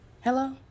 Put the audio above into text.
hello